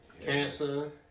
cancer